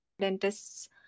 dentists